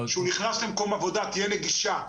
כשהוא נכנס למקום עבודה תהיה נגישה.